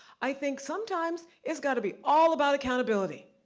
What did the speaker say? i think sometimes, it's gotta be all about accountability,